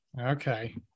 okay